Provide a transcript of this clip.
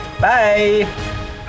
Bye